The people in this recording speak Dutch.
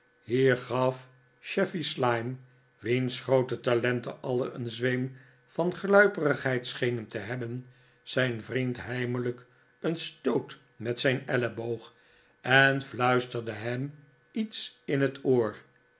hier gaf chevy slyme wiens groote talenten alle een zweem van gluiperigheid schenen te hebben zijn vriend heimelijk een stoot met zijn elleboog en fluisterde hem iets in het oor